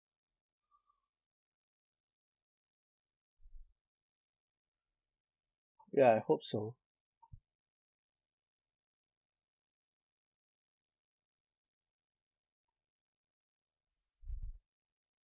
ya I hope so